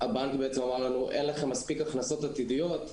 הבנק אמר לנו: אין לכם מספיק הכנסות עתידיות,